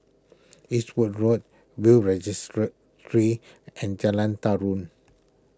Eastwood Road Will's and Jalan Tarum